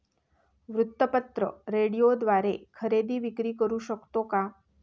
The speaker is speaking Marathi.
वृत्तपत्र, रेडिओद्वारे खरेदी विक्री करु शकतो का?